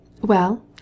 Well